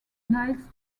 niles